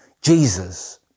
Jesus